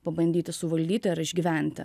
pabandyti suvaldyti ar išgyventi